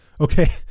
Okay